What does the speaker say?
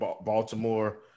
Baltimore